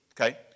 okay